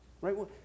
right